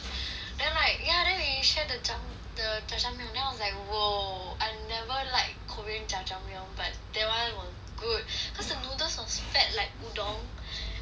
then right yeah then we share the jam~ the jjajangmyeon than I was like !whoa! I never like korean jjajangmyeon but that [one] was good cause the noodles was fat like udon and then like